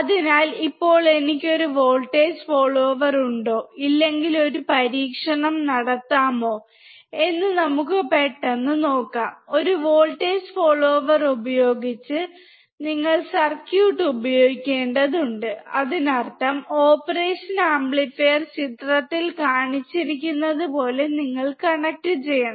അതിനാൽ ഇപ്പോൾ എനിക്ക് ഒരു വോൾട്ടേജ് ഫോളോവർ ഉണ്ടോ ഇല്ലെങ്കിൽ ഒരു പരീക്ഷണം നടത്താമോ എന്ന് നമുക്ക് പെട്ടെന്ന് നോക്കാം ഒരു വോൾട്ടേജ് ഫോളോവർ ഉപയോഗിച്ച് നിങ്ങൾ സർക്യൂട്ട് ഉപയോഗിക്കേണ്ടതുണ്ട് അതിനർത്ഥം ഓപ്പറേഷൻ ആംപ്ലിഫയർ ചിത്രത്തിൽ കാണിച്ചിരിക്കുന്നതുപോലെ നിങ്ങൾ കണക്റ്റുചെയ്യണം